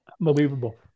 Unbelievable